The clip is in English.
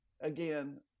again